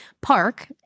park